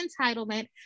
entitlement